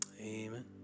Amen